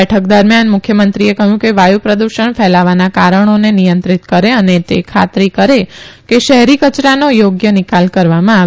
બેઠક દરમિયાન મુખ્યમંત્રીએ કહ્યું કે વાયુ પ્રદુષણ ફેલાવાના કારણોને નિયંત્રિત કરે ને તે ખાતરી કરે કે શહેરી કચરાનો યોગ્ય નિકાલ કરવામાં આવે